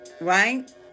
right